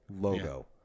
logo